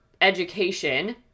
education